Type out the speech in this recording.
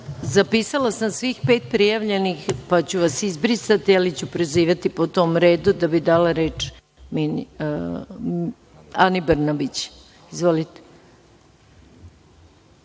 Hvala. Zapisala sam svih pet prijavljenih, pa ću vas izbrisati, ali ću prozivati po tom redu, da bih dala reč Ani Brnabić. Izvolite.